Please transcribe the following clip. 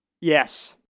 Yes